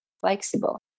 flexible